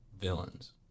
villains